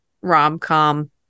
rom-com